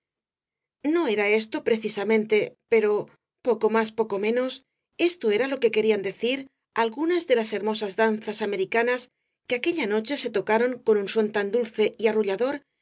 no era esto precisamente pero poco más poco menos esto era lo que querían decir algunas de las hermosas danzas americanas que aquella noche se tocaron con un son tan dulce y arrullador